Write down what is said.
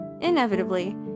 inevitably